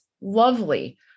lovely